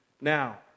Now